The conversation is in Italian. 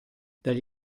dagli